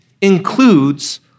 includes